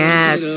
Yes